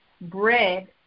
bread